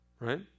Right